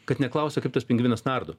kad neklausia kaip tas pingvinas nardo